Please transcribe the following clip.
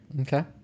Okay